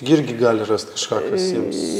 irgi gali rast kažką kas jiems